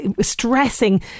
stressing